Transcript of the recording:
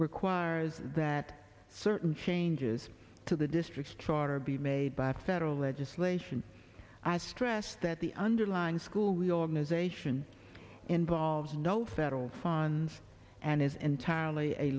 requires that certain changes to the district's charter be made by federal legislation as stressed that the underlying school the organization involves no federal funds and is entirely a